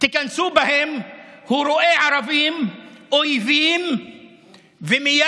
תיכנסו בהם, הוא רואה ערבים אויבים ומייד